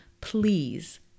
Please